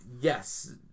yes